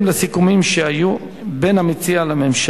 ועדת חוץ וביטחון.